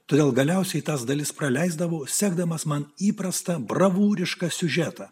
todėl galiausiai tas dalis praleisdavau sekdamas man įprastą bravūrišką siužetą